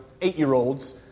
eight-year-olds